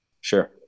Sure